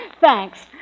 Thanks